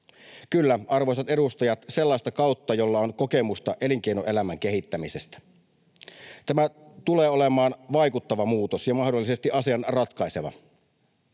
kyllä, arvoisat edustajat, sellaista kautta, jolla on kokemusta elinkeinoelämän kehittämisestä. Tämä tulee olemaan vaikuttava muutos ja mahdollisesti asian ratkaiseva.